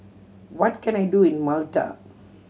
what can I do in Malta